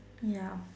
ya